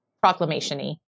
proclamation-y